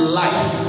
life